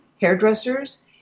hairdressers